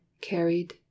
Carried